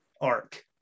arc